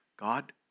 God